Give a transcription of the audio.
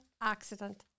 accident